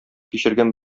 кичергән